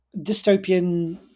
dystopian